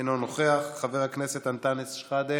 אינו נוכח, חבר הכנסת אנטאנס שחאדה,